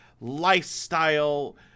lifestyle